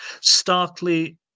starkly